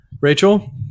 Rachel